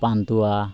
pantua